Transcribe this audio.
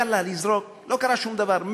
יאללה לזרוק, לא קרה שום דבר.